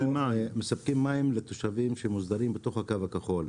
אנחנו מספקים מים לתושבים שמוסדרים בתוך הקו הכחול.